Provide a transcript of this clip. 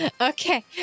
Okay